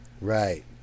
Right